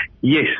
Yes